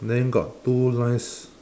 then got two lines